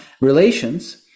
relations